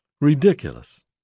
Ridiculous